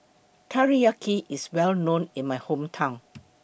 Teriyaki IS Well known in My Hometown